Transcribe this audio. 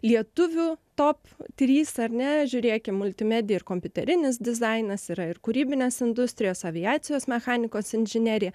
lietuvių top trys ar ne žiūrėkim multimedija ir kompiuterinis dizainas yra ir kūrybinės industrijos aviacijos mechanikos inžinerija